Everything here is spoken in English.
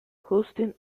houston